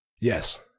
Yes